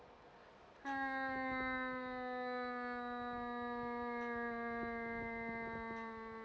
hmm